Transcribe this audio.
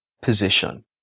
position